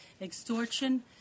extortion